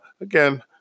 again